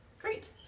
Great